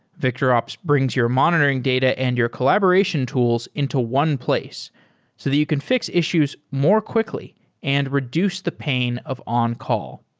victorops brings your monitoring data and your collaboration tools into one place so that you can fix issues more quickly and reduce the pain of on-call.